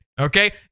Okay